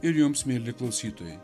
ir jums mieli klausytojai